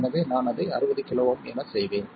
எனவே நான் அதை 60 kΩ எனச் செய்வேன்